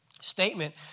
statement